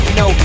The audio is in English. no